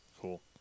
Cool